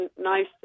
nice